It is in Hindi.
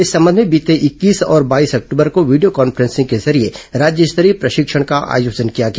इस संबंध में बीते इक्कीस और बाईस अक्टूबर को वीडियो कॉन्फ्रेंसिंग के जरिये राज्य स्तरीय प्रशिक्षण का आयोजन किया गया